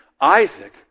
Isaac